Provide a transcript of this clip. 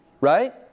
right